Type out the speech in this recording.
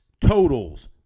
totals